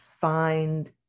find